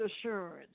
assurance